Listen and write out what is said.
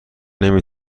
نمی